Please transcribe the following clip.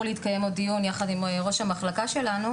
להתקיים עוד דיון יחד עם ראש המחלקה שלנו,